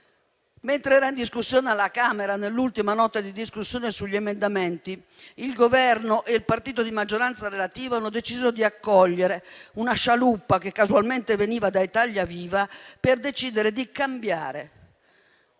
Mentre era in corso alla Camera l'ultima notte di discussione sugli emendamenti, il Governo e il partito di maggioranza relativa hanno deciso di accogliere una "scialuppa", che casualmente veniva da Italia Viva, per decidere di cambiare